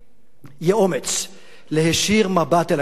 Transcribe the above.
יהיה אומץ להישיר מבט אל ההיסטוריה ולומר: